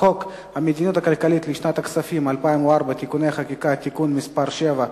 חוק המדיניות הכלכלית לשנת הכספים 2004 (תיקוני חקיקה) (תיקון מס' 7),